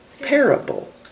Parable